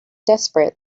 desperate